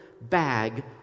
bag